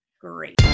great